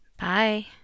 Bye